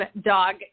dog